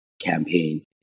campaign